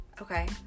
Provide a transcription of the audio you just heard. Okay